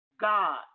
God